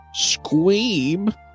Squeeb